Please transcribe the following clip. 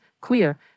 queer